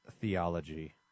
theology